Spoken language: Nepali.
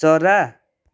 चरा